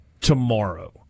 tomorrow